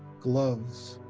gloves,